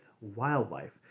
wildlife